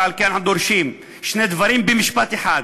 ולכן אנחנו דורשים שני דברים במשפט אחד: